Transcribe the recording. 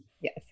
Yes